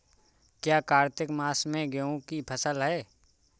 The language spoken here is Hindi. क्या कार्तिक मास में गेहु की फ़सल है?